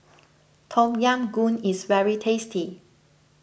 Tom Yam Goong is very tasty